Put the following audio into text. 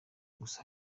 gusa